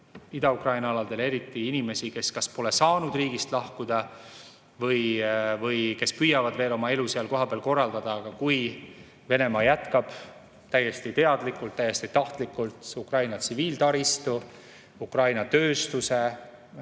Ida-Ukraina aladel eriti, inimesi, kes kas pole saanud riigist lahkuda või kes püüavad veel oma elu seal kohapeal korraldada, aga kui Venemaa jätkab täiesti teadlikult, täiesti tahtlikult Ukraina tsiviiltaristu, Ukraina tööstuse